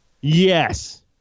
Yes